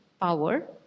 power